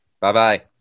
Bye-bye